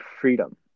freedom